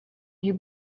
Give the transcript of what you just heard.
you